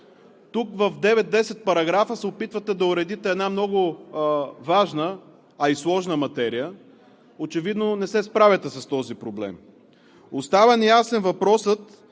Тук в девет-десет параграфа се опитвате да уредите една много важна, а и сложна материя, но очевидно не се справяте с този проблем. Остава неясно